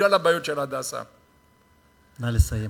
בגלל הבעיות של "הדסה" נא לסיים,